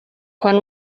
quan